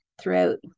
throughout